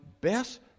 best